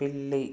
పిల్లి